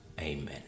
Amen